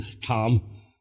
Tom